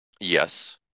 Yes